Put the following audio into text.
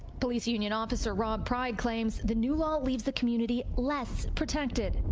police union officer rob pride claims the new law leaves the community less protected.